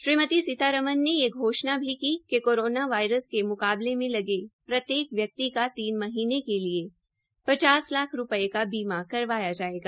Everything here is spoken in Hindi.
श्रीमती सीतारमन ने यह घोषणा भी कि कोरोना वायरस के मुकाबले में लगे प्रत्येक व्यक्ति को तीन महीने के लिए पचास लाख रूपये का बीमा कराया जायेगा